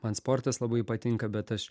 man sportas labai patinka bet aš